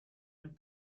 del